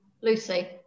Lucy